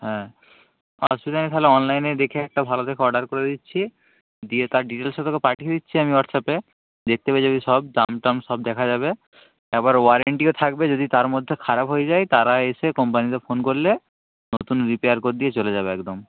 হ্যাঁ অসুবিধা নেই তাহলে অনলাইনে দেখে একটা ভালো দেখে অর্ডার করে দিচ্ছি দিয়ে তার ডিটেলসটা তোকে পাঠিয়ে দিচ্ছি আমি হোয়াটসঅ্যাপে দেখতে পেয়ে যাবি সব দাম টাম সব দেখা যাবে এবার ওয়ারেন্টিও থাকবে যদি তার মধ্যে খারাপ হয়ে যায় তারা এসে কোম্পানিতে ফোন করলে নতুন রিপেয়ার করে দিয়ে চলে যাবে একদম